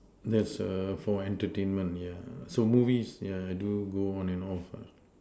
that's err for entertainment yeah so movies yeah do go on and off lah